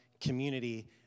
community